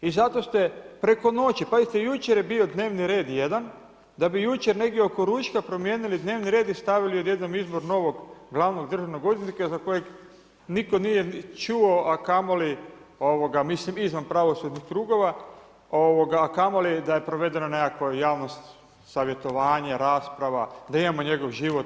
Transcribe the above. I zato ste preko noći, pazite jučer je bio dnevni red jedan da bi jučer negdje oko ručka promijenili dnevni red i stavili odjednom izvor novog glavnog državnog odvjetnika za kojeg nitko nije čuo a kamoli mislim izvan pravosudnih krugova a kamoli da je provedeno nekakvo javno savjetovanje, rasprava, da imamo njegov život.